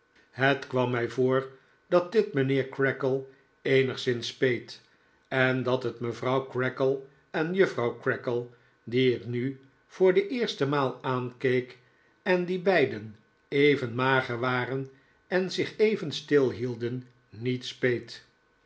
het kwam mij voor dat dit mijnheer creakle eenigszins speet en dat het mevrouw creakle en juffrouw creakle die ik nu voor de eerste maal aankeek en die beiden even mager waren en zich even stil hielden niet speet